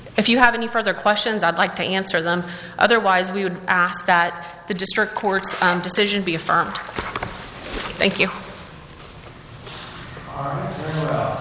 if you have any further questions i'd like to answer them otherwise we would ask that the district court's decision be affirmed thank you i